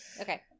Okay